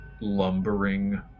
lumbering